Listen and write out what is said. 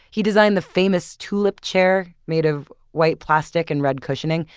he designed the famous tulip chair made of white plastic and red cushioning.